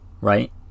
Right